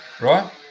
right